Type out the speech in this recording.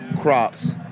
crops